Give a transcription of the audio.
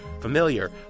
familiar